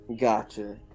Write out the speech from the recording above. Gotcha